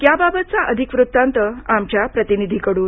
याबाबतचा अधिक वृत्तांत आमच्या प्रतिनिधीकडून